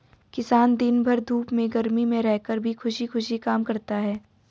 किसान दिन भर धूप में गर्मी में रहकर भी खुशी खुशी काम करता है